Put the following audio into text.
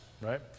right